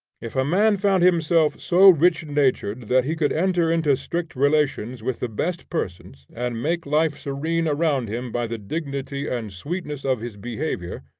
if a man found himself so rich-natured that he could enter into strict relations with the best persons and make life serene around him by the dignity and sweetness of his behavior,